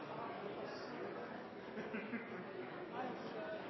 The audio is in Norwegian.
det har